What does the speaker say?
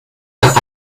nach